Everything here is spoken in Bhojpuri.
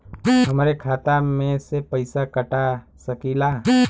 हमरे खाता में से पैसा कटा सकी ला?